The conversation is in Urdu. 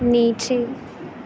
نیچے